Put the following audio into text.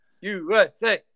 USA